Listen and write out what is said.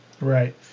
Right